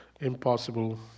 impossible